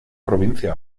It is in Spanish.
provincia